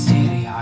City